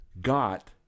got